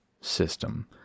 system